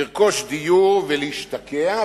לרכוש דיור ולהשתקע,